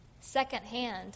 secondhand